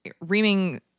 reaming